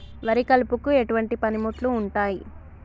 వరి కలుపుకు ఎటువంటి పనిముట్లు ఉంటాయి?